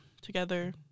together